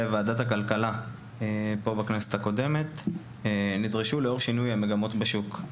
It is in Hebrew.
ועדת הכלכלה בכנסת הקודמת נדרשו לאור שינוי המגמות בשוק.